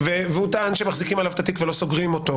טען שמחזיקים עליו את התיק ולא סוגרים אותו,